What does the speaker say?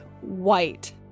white